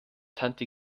tante